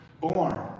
born